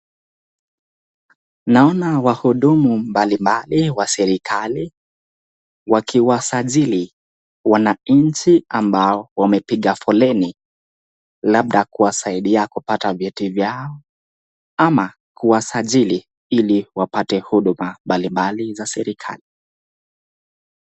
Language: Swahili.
Naona wahudumu mbalimbali wa serikali wakiwasajili wananchi ambao wamepiga foleni ,labda kuwasaidia kupata vyeti vyao ama kuwasajili hili wapate huduma mbalimbali za serikali .